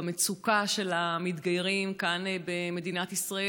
המצוקה של המתגיירים כאן במדינת ישראל.